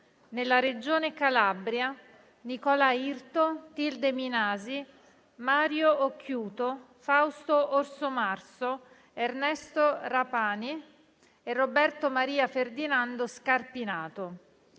nella Regione Calabria: Nicola Irto, Tilde Minasi, Mario Occhiuto, Fausto Orsomarso, Ernesto Rapani e Roberto Maria Ferdinando Scarpinato;